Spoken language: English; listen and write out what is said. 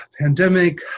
pandemic